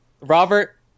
Robert